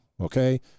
Okay